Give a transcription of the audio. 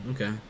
Okay